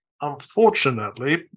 unfortunately